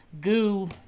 goo